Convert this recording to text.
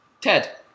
Ted